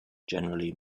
generally